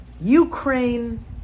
Ukraine